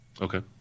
Okay